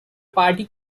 party